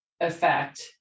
effect